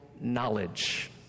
knowledge